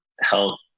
help